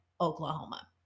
Oklahoma